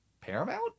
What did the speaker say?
Paramount